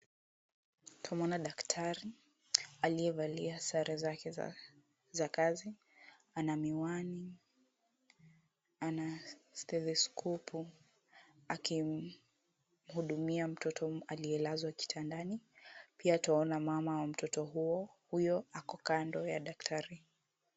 Tumeona daktari aliyevalia sare zake za kazi. Ana miwani, ana stethoskopu akimuhudumia mtoto aliyelazwa kitandani. Pia twaona mama wa mtoto huyo ako kando ya daktari.